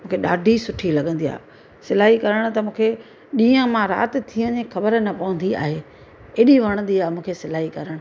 मूंखे ॾाढी सुठी लॻंदी आहे सिलाई करण त मूंखे ॾींहुं मां राति थी वञे ख़बर न पवंदी आहे हेॾी वणंदी आहे मूंखे सिलाई करणु